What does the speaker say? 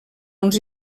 uns